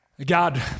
God